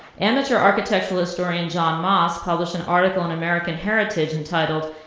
amateur architecture historian john moss published an article in american heritage entitled,